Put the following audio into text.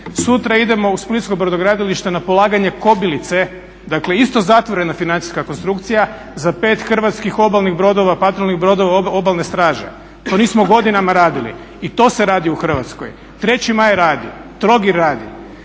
Sutra idemo u Splitsko brodogradilište na polaganje kobilice, dakle isto zatvorena financijska konstrukcija za pet hrvatskih obalnih brodova, patrolnih brodova Obalne straže. To nismo godinama radili i to se radi u Hrvatskoj. 3.maj radi, Trogir radi.